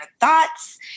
thoughts